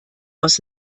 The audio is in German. aus